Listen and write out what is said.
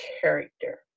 character